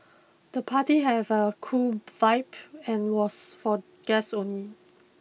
the party have a cool vibe and was for guests only